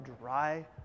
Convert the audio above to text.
dry